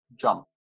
jump